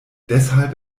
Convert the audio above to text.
deshalb